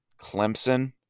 Clemson